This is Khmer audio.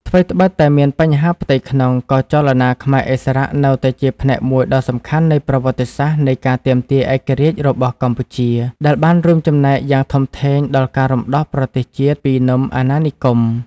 ថ្វីដ្បិតតែមានបញ្ហាផ្ទៃក្នុង ក៏ចលនាខ្មែរឥស្សរៈនៅតែជាផ្នែកមួយដ៏សំខាន់នៃប្រវត្តិសាស្ត្រនៃការទាមទារឯករាជ្យរបស់កម្ពុជា ដែលបានរួមចំណែកយ៉ាងធំធេងដល់ការរំដោះប្រទេសជាតិពីនឹមអាណានិគម។